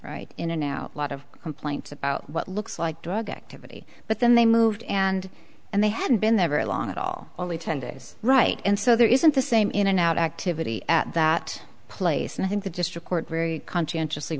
right in a now lot of complaints about what looks like drug activity but then they moved and and they hadn't been there very long at all only ten days right and so there isn't the same in and out activity at that place and i think the district court very conscientiously